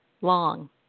long